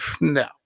No